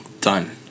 done